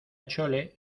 chole